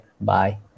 bye